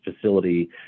facility